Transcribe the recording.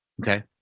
Okay